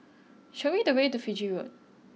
show me the way to Fiji Road